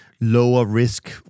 lower-risk